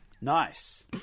Nice